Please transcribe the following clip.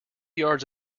yards